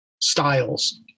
styles